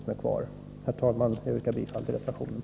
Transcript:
Herr talman! Jag yrkar som sagt bifall till reservation 1.